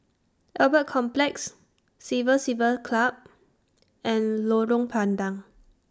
Albert Complex Civil Service Club and Lorong